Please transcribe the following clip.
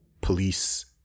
police